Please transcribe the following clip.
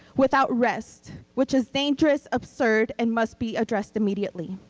without rest, which is dangerous, absurd, and must be addressed immediately.